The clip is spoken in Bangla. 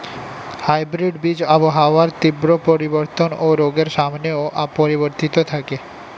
হাইব্রিড বীজ আবহাওয়ার তীব্র পরিবর্তন ও রোগের সামনেও অপরিবর্তিত থাকে